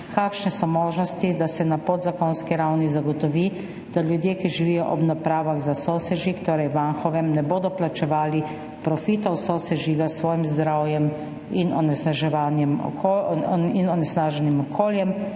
Kakšne so možnosti, da se na podzakonski ravni zagotovi, da ljudje, ki živijo ob napravah za sosežig, torej v Anhovem, ne bodo plačevali profitov sosežiga s svojim zdravjem in onesnaženim okoljem?